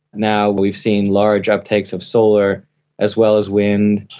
now we've seen large uptakes of solar as well as wind,